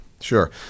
Sure